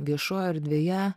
viešoj erdvėje